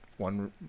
one